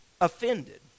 offended